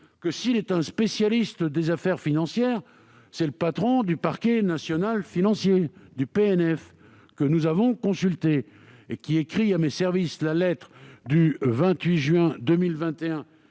que, s'il est un spécialiste des affaires financières, c'est bien le patron du parquet national financier, que nous avons consulté. Il a écrit à mes services, le 28 juin 2021,